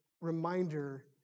reminder